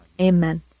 amen